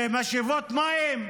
משאבות מים,